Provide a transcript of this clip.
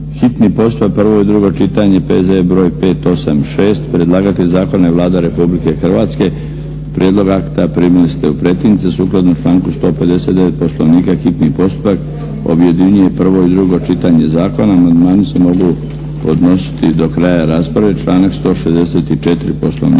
hitni postupak, prvo i drugo čitanje, P.Z.E. br. 586. Predlagatelj zakona je Vlada Republike Hrvatske. Prijedlog akta primili ste u pretince. Sukladno članku 159. Poslovnika hitni postupak objedinjuje prvo i drugo čitanje zakona. Amandmani se mogu podnositi do kraja rasprave, članak 164. Poslovnika.